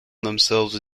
themselves